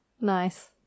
Nice